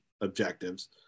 objectives